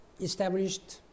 established